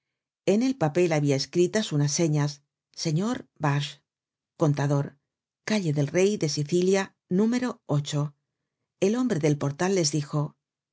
en el papel habia escritas unas señas señor barge contador calle del rey de sicilia número el hombre del portal les dijo